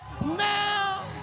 now